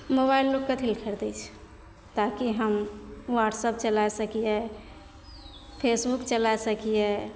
mobile लोक कथी लए खरिदै छै ताकि व्हाट्सप चला सकियै फेसबुक चला सकियै